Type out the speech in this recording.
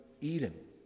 Eden